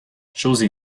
chose